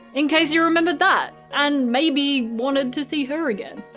in case you remembered that. and maybe wanted to see her again.